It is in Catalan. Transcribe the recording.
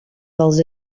dels